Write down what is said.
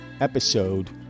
episode